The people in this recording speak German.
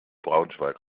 braunschweig